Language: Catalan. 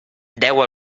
deu